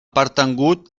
pertangut